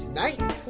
night